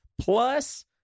Plus